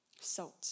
salt